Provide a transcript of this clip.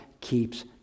keeps